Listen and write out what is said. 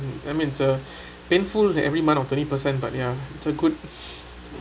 I mean it's a painful that every month of twenty percent but ya it's a good